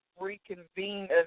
reconvene